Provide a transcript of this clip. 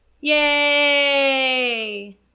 Yay